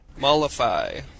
Mullify